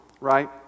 right